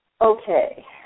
Okay